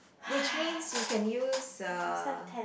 which means you can use uh